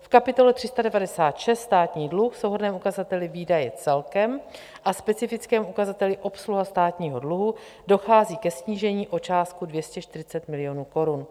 V kapitole 396 Státní dluh v souhrnném ukazateli výdaje celkem a specifickém ukazateli obsluha státního dluhu dochází ke snížení o částku 240 milionů korun.